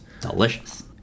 Delicious